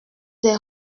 des